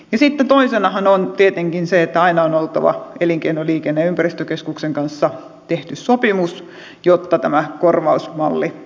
sitten toisenahan on tietenkin se että aina on oltava elinkeino liikenne ja ympäristökeskuksen kanssa tehty sopimus jotta tämä korvaus malli